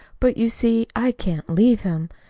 but, you see, i can't leave him.